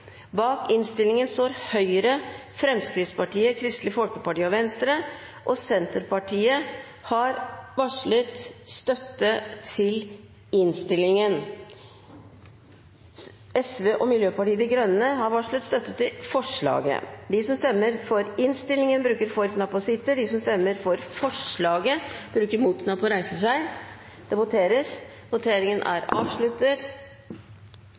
Bak innstillingen står Høyre, Fremskrittspartiet, Kristelig Folkeparti og Venstre. Senterpartiet har varslet støtte til innstillingen. Sosialistisk Venstreparti og Miljøpartiet De Grønne har varslet støtte til forslaget. Det voteres